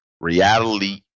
Reality